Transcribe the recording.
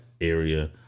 area